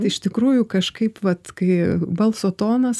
iš tikrųjų kažkaip vat kai balso tonas